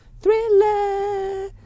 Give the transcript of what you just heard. Thriller